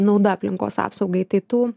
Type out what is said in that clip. nauda aplinkos apsaugai tai tų